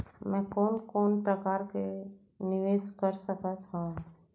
मैं कोन कोन प्रकार ले निवेश कर सकत हओं?